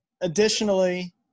additionally